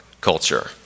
culture